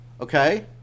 Okay